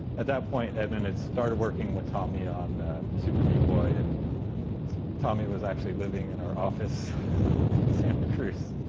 at that point, edmund had started working with tommy on super meat boy, and tommy was actually living in our office office in santa cruz.